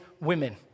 women